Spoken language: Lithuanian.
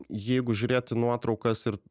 jeigu žiūrėti nuotraukas ir